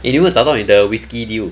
eh 你有没有找到你的 whisky deal